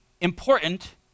important